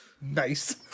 Nice